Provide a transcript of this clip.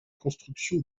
construction